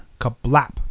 kablap